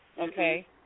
okay